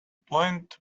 point